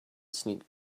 sneaked